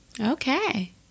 Okay